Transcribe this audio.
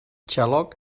xaloc